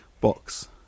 box